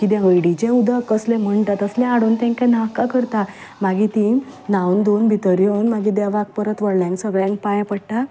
किदें हळडीचें उदक कसलें मेळटा तसलें हाडून तांकां नाका करता मागीर तीं न्हांवन धुवन भितर येवन मागीर देवाक परत व्हडल्यांक सगल्यांक पांय पडटात